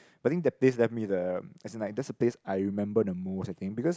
I think the place left me the as in like that's the place I remember the most I think because